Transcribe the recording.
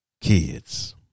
Kids